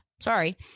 Sorry